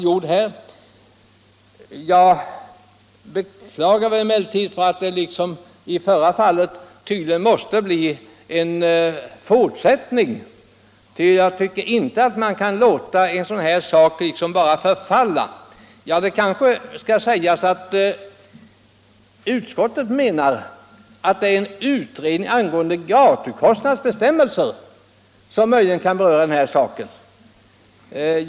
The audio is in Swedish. Jag beklagar att det tydligen måste bli en fortsättning på denna fråga i riksdagen. Jag tycker nämligen inte att man kan låta en sådan angelägenhet som denna förfalla. Utskottet pekar på att en pågående utredning om avgiftssystemet för kommunalt gatubyggande möjligen kan beröra denna fråga.